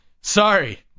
Sorry